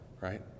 right